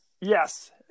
Yes